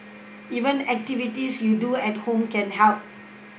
even activities you do at home can help